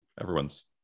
everyone's